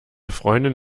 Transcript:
freundin